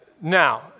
Now